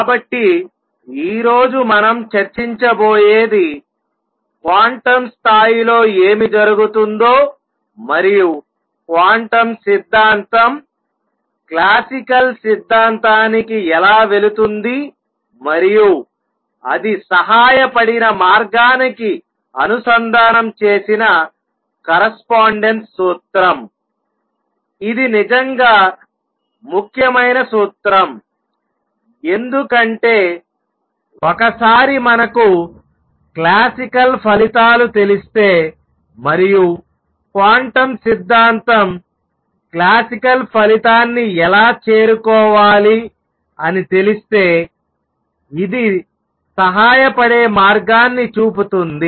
కాబట్టి ఈ రోజు మనం చర్చించబోయేది క్వాంటం స్థాయిలో ఏమి జరుగుతుందో మరియు క్వాంటం సిద్ధాంతం క్లాసికల్ సిద్ధాంతానికి ఎలా వెళుతుంది మరియు అది సహాయపడిన మార్గానికి అనుసంధానం చేసిన కరస్పాండెన్స్ సూత్రంఇది నిజంగా ముఖ్యమైన సూత్రం ఎందుకంటే ఒకసారి మనకు క్లాసికల్ ఫలితాలు తెలిస్తే మరియు క్వాంటం సిద్ధాంతం క్లాసికల్ ఫలితాన్ని ఎలా చేరుకోవాలి అని తెలిస్తే ఇది సహాయపడే మార్గాన్ని చూపుతుంది